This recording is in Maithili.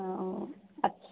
ओ अच्छा